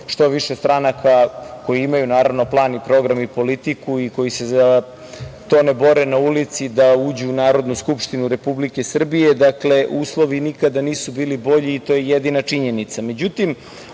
što više stranka, koji imaju, naravno, plan i program i politiku i koji se za to ne bore na ulici da uđu u Narodnu skupštinu Republike Srbije. Dakle, uslovi nikada nisu bili bolji i to je jedina činjenica.Međutim,